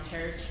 Church